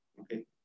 okay